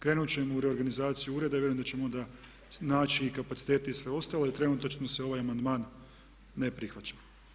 Krenuti ćemo u reorganizaciju ureda i vjerujem da ćemo onda naći i kapacitete i sve ostalo i trenutačno se ovaj amandman ne prihvaća.